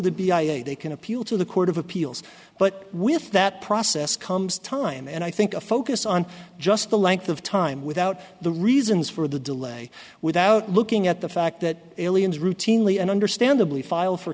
a they can appeal to the court of appeals but with that process comes time and i think a focus on just the length of time without the reasons for the delay without looking at the fact that aliens routinely and understandably file for